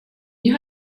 you